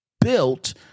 built